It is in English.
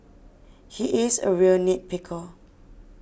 he is a real nit picker